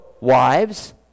wives